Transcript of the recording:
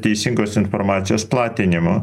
teisingos informacijos platinimu